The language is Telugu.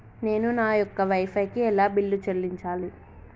నేను నా యొక్క వై ఫై కి ఎలా బిల్లు చెల్లించాలి?